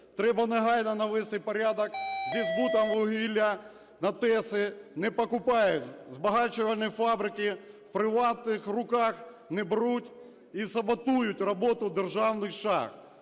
Треба негайно навести порядок зі збутом вугілля на ТЕЦи. Не покупають. Збагачувальні фабрики в приватних руках, не беруть і саботують роботу державних шахт.